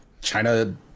China